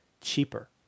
cheaper